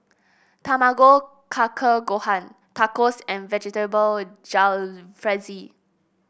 Tamago Kake Gohan Tacos and Vegetable Jalfrezi